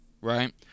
right